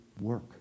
work